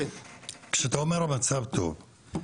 כשאתה אומר המצב טוב,